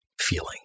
feeling